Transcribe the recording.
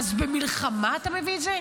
אז במלחמה אתה מביא את זה?